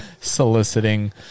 Soliciting